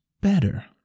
better